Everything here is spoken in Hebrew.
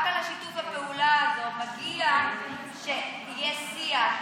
רק על שיתוף הפעולה הזה מגיע שיהיה שיח,